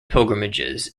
pilgrimages